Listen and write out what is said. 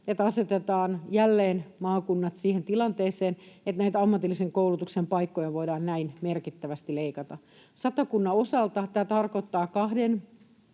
asetetaan jälleen maakunnat siihen tilanteeseen, että näitä ammatillisen koulutuksen paikkoja voidaan näin merkittävästi leikata. Satakunnassa tämä tarkoittaa kahden